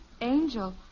Angel